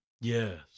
Yes